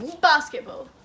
Basketball